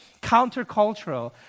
countercultural